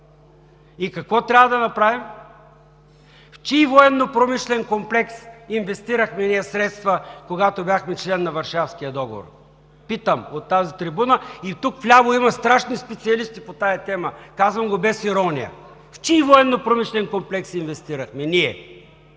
И какво трябва да направим? В чий военнопромишлен комплекс инвестирахме ние средства, когато бяхме член на Варшавския договор, питам от тази трибуна? И тук вляво има страшни специалисти по тази тема. Казвам го без ирония. В чий военнопромишлен комплекс инвестирахме ние